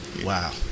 Wow